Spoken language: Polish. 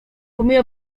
pomimo